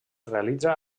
realitza